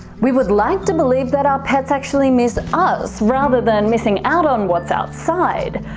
we would like to believe that our pets actually miss us, rather than missing out on what's outside.